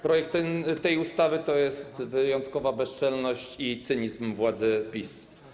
Projekt tej ustawy to jest wyjątkowa bezczelność i cynizm władzy PiS.